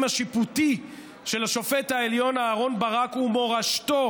השיפוטי של השופט העליון אהרן ברק ומורשתו,